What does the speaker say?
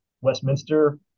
Westminster